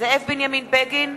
זאב בנימין בגין,